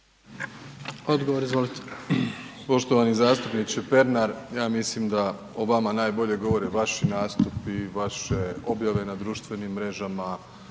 Andrej (HDZ)** Poštovani zastupniče Pernar, ja mislim da o vama najbolje govore vaši nastupi, vaše objave na društvenim mrežama,